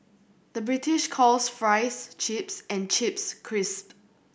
the British calls fries chips and chips crisp